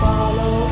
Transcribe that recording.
Follow